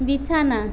বিছানা